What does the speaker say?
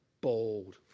bold